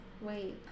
wait